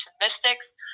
Mystics